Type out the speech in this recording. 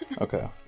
Okay